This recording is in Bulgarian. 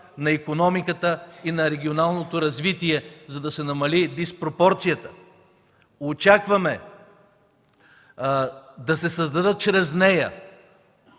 на икономиката и на регионалното развитие, за да се намали диспропорцията! Очакваме да се създадат чрез нея